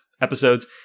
episodes